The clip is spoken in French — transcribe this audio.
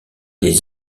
des